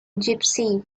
gypsy